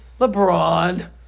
lebron